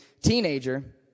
teenager